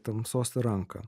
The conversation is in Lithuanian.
tamsos ranką